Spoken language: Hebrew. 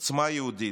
עוצמה יהודית,